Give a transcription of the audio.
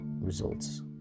results